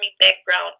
background